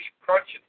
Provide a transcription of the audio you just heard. crunching